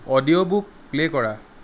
audio book play কৰা